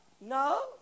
no